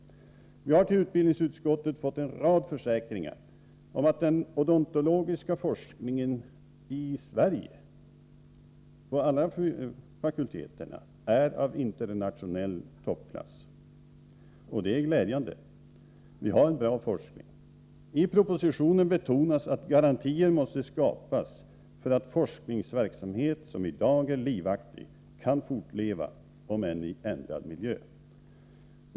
Vi har till utbildningsutskottet fått en rad försäkringar om att den odontologiska forskningen i Sverige, vid alla fakulteter, är av internationell toppklass — och det är glädjande. Vi har bra forskning. I propositionen betonas att garantier måste skapas för att den forskningsverksamhet som i dag är livaktig kan fortleva, om än i ändrad miljö.